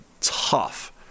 tough